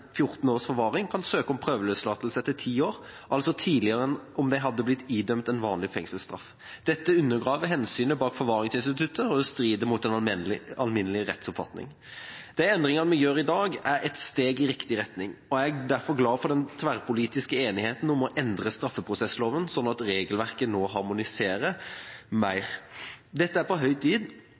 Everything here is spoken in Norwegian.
14 års forvaring, kan søke om prøveløslatelse etter 10 år, altså tidligere enn om de hadde blitt idømt en vanlig fengselsstraff. Dette undergraver hensynet bak forvaringsinstituttet, og det strider mot den alminnelige rettsoppfatning. De endringene vi gjør i dag, er et steg i riktig retning, og jeg er derfor glad for den tverrpolitiske enigheten om å endre straffeprosessloven slik at regelverket nå harmoniserer mer. Dette er på høy tid